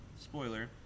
spoiler